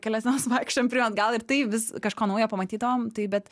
kelias dienas vaikščiojom pirmyn atgal ir tai vis kažko nauja pamatydavom tai bet